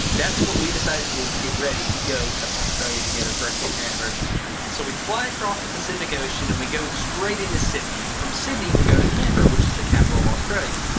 that's what we decided to do to get ready to go to australia together for our ten year anniversary trip. so we fly across the pacific ocean and we go straight into sydney and from sydney we go to canberra which is the capital of australia.